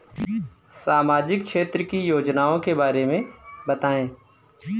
सामाजिक क्षेत्र की योजनाओं के बारे में बताएँ?